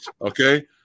Okay